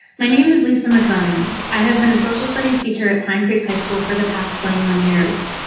my name is lisa mccomb. i have been a social studies teacher at pine creek high school for the past twenty one years.